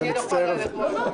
אני מצטער על זה.